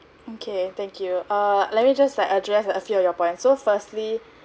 okay thank you err let me just like address a few your point so firstly